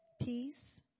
peace